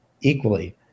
equally